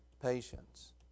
patience